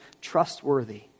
trustworthy